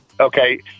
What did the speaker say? Okay